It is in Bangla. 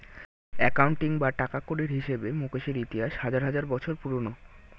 অ্যাকাউন্টিং বা টাকাকড়ির হিসেবে মুকেশের ইতিহাস হাজার হাজার বছর পুরোনো